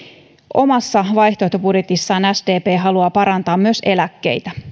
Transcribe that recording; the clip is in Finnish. omassa vaihtoehtobudjetissaan sdp haluaa parantaa myös eläkkeitä